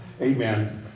Amen